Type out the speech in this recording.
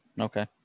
Okay